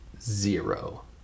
zero